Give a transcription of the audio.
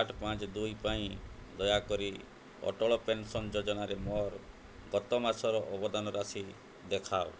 ଆଠ ପାଞ୍ଚ ଦୁଇ ପାଇଁ ଦୟାକରି ଅଟଳ ପେନ୍ସନ୍ ଯୋଜନାରେ ମୋର ଗତ ମାସର ଅବଦାନ ରାଶି ଦେଖାଅ